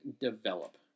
develop